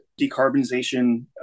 decarbonization